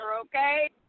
Okay